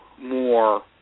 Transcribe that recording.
more